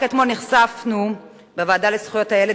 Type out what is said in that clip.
רק אתמול נחשפנו בוועדה לזכויות הילד